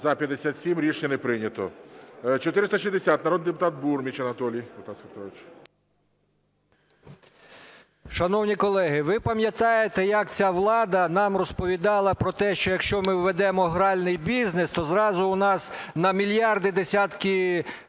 За-57 Рішення не прийнято. 460. Народний депутат Бурміч Анатолій, будь ласка. 12:51:00 БУРМІЧ А.П. Шановні колеги, ви пам'ятаєте, як ця влада нам розповідала про те, що якщо ми введемо гральний бізнес, то зразу у нас на мільярди, десятки